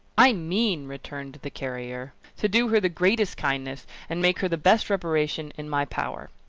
i mean, returned the carrier, to do her the greatest kindness, and make her the best reparation, in my power.